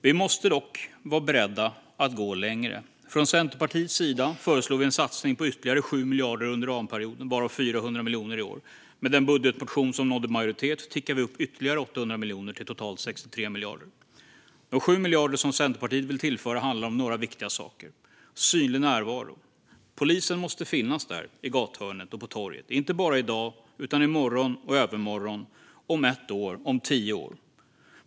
Vi måste dock vara beredda att gå längre. Från Centerpartiets sida föreslog vi en satsning på ytterligare 7 miljarder under ramperioden, varav 400 miljoner i år. Med den budgetmotion som nådde majoritet tickar vi upp ytterligare 800 miljoner till totalt 63 miljarder. De 7 miljarder som Centerpartiet vill tillföra handlar om några viktiga saker, exempelvis synlig närvaro. Polisen måste finnas där i gathörnet och på torget, inte bara i dag, utan i morgon och i övermorgon, om ett år, om tio år.